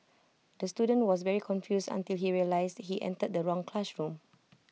the student was very confused until he realised he entered the wrong classroom